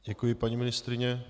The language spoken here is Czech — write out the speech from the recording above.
Děkuji, paní ministryně.